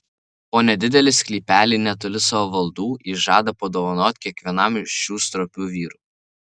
po nedidelį sklypelį netoli savo valdų ji žada padovanoti kiekvienam šių stropių vyrų